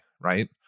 right